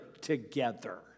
together